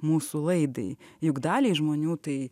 mūsų laidai juk daliai žmonių tai